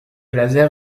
laser